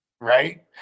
right